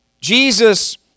Jesus